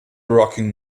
rocking